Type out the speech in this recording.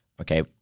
okay